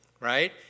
right